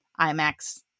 IMAX